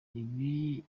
ibi